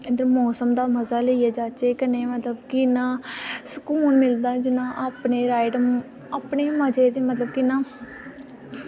इद्धर मौसम दा मजा लेइयै जाचै कन्नै मतलब की इ'यां सुकून मिलदा जि'यां अपने राइडिंग अपने मजे इ'यां